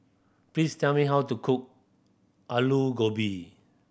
please tell me how to cook Alu Gobi